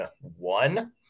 one